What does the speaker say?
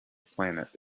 planet